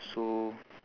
so